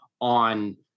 on